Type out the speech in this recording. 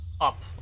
up